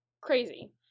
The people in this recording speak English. Crazy